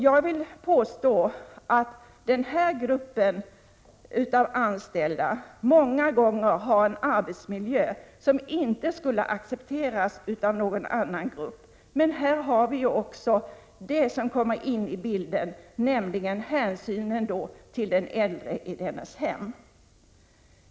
Jag vill påstå att denna grupp anställda många gånger har en arbetsmiljö, som inte skulle accepteras av någon annan grupp. Men här kommer också något annat in i bilden: hänsynen till den äldre i dennes miljö.